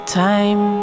time